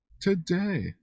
Today